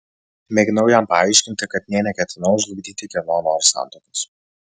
mėginau jam paaiškinti kad nė neketinau žlugdyti kieno nors santuokos